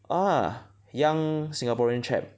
uh young Singaporean chap